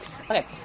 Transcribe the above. Okay